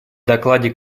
докладе